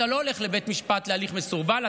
אתה לא הולך לבית משפט להליך מסורבל,